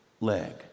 leg